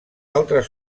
altres